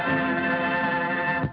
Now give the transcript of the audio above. and